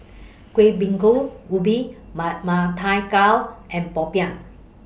Kueh Bingka Ubi Ma Ma Thai Gao and Popiah